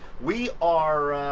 we are,